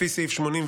לפי סעיף 84(ב)